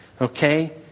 Okay